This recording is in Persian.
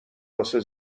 واسه